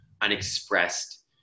unexpressed